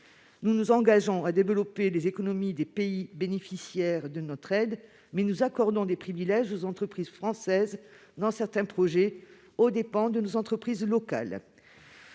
Nous nous engageons à développer les économies des pays bénéficiaires de l'APD, mais nous accordons des privilèges aux entreprises françaises, pour certains projets, aux dépens des entreprises locales